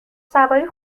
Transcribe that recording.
سواری